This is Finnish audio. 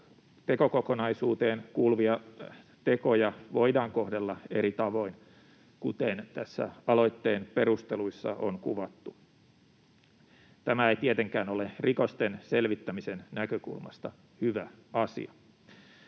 tekokokonaisuuteen kuuluvia tekoja voidaan kohdella eri tavoin, kuten aloitteen perusteluissa on kuvattu. Tämä ei tietenkään ole rikosten selvittämisen näkökulmasta hyvä asia.